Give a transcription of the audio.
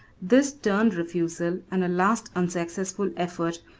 this stern refusal, and a last unsuccessful effort,